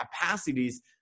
capacities